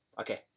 Okay